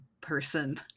person